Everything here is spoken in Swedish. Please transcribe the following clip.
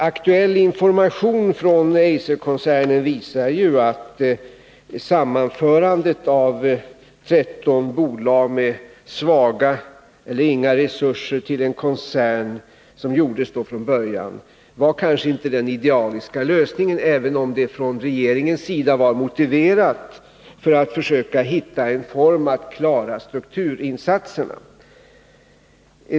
Aktuell information från Eiserkoncernen visar att det sammanförande av 13 bolag med svaga eller inga resurser till en koncern som gjordes från början kanske inte var den idealiska lösningen, även om det från regeringens sida var motiverat för att vi skulle kunna hitta en form för att klara strukturinsatserna.